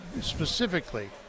specifically